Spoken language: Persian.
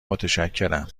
متشکرم